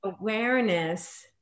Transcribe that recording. awareness